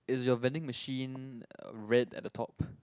is your vending machine uh red at the top